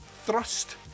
thrust